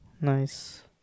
Nice